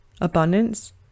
abundance